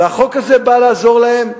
והחוק הזה בא לעזור להם.